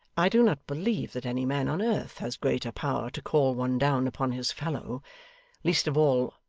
i do not believe that any man on earth has greater power to call one down upon his fellow least of all,